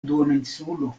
duoninsulo